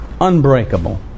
unbreakable